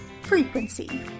Frequency